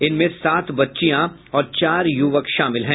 इनमें सात बच्चियां और चार युवक शामिल हैं